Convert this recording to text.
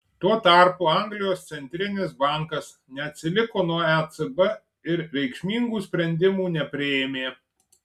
tuo tarpu anglijos centrinis bankas neatsiliko nuo ecb ir reikšmingų sprendimų nepriėmė